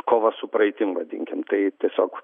kova su praeitim vadinkim tai tiesiog